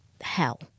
hell